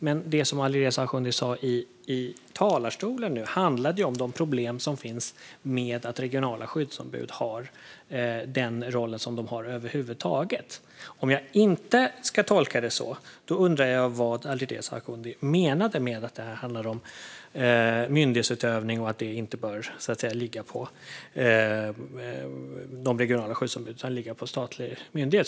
Men det som Alireza Akhondi sa i talarstolen handlade om de problem som finns med att regionala skyddsombud över huvud taget har den roll som de har. Om jag inte ska tolka det så undrar jag vad Alireza Akhondi menade med att detta handlar om myndighetsutövning och att det inte bör ligga på regionala skyddsombud utan hos en statlig myndighet.